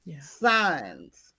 signs